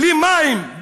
בלי מים,